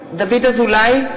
אזולאי,